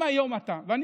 אם היום, ואני